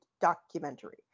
documentary